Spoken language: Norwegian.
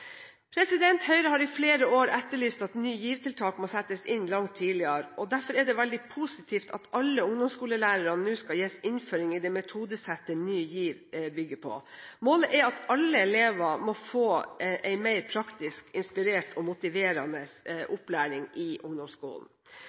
Høyre har i flere år etterlyst at Ny GIV- tiltak må settes inn langt tidligere. Derfor er det veldig positivt at alle ungdomsskolelærere nå skal gis innføring i det metodesettet Ny GIV bygger på. Målet er at alle elever må få en mer praktisk inspirert og motiverende opplæring i ungdomsskolen.